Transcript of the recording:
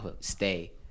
stay